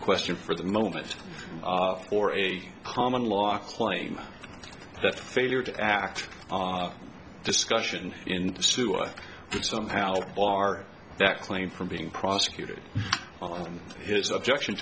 question for the moment or a common law claim that failure to act discussion in the sewer and somehow bar that claim from being prosecuted on his objection